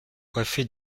coiffées